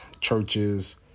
churches